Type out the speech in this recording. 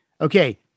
Okay